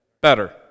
better